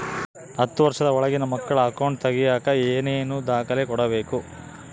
ಹತ್ತುವಷ೯ದ ಒಳಗಿನ ಮಕ್ಕಳ ಅಕೌಂಟ್ ತಗಿಯಾಕ ಏನೇನು ದಾಖಲೆ ಕೊಡಬೇಕು?